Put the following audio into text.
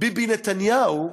ביבי נתניהו,